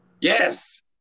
Yes